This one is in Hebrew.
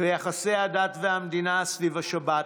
ויחסי הדת והמדינה סביב השבת,